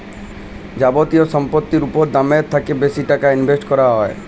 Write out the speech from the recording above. যাবতীয় সম্পত্তির উপর দামের থ্যাকে বেশি টাকা ইনভেস্ট ক্যরা হ্যয়